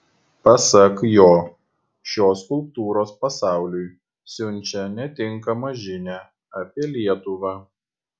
pasak jo šios skulptūros pasauliui siunčia netinkamą žinią apie lietuvą